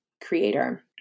creator